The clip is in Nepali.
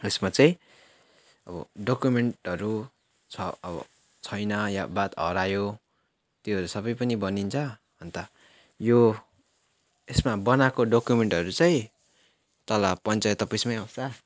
यसमा चाहिँ अब डकुमेन्टहरू छ अब छैन या बाद हरायो त्योहरू सबै पनि बनिन्छ अन्त यो यसमा बनाएको डकुमेन्टहरू चाहिँ तल पञ्चायत अफिसमै आउँछ